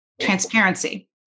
transparency